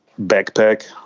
backpack